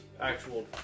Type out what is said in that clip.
actual